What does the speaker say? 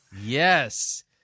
Yes